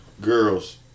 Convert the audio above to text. Girls